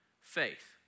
faith